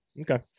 Okay